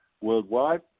worldwide